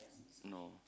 no